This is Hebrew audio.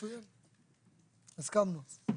מצוין, הסכמנו.